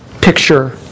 picture